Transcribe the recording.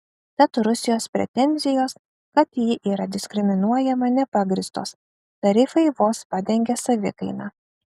tad rusijos pretenzijos kad ji yra diskriminuojama nepagrįstos tarifai vos padengia savikainą